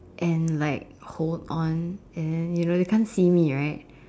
and like hold on and then you know they can't see me right